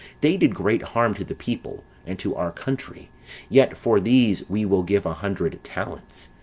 they did great harm to the people, and to our country yet for these we will give a hundred talents.